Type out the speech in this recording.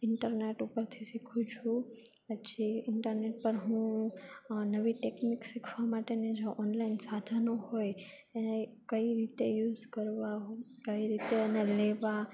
internet ઉપરથી શીખું છું પછી ઈન્ટરનેટ પર હું નવી ટેકનિક શીખવા માટેને જો ઓનલાઈન સાધનો હોય એ કઈ રીતે યુસ કરવા કઈ રીતે એને લેવા